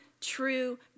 true